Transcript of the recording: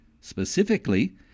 specifically